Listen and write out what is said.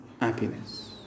happiness